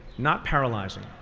not paralyzing.